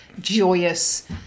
joyous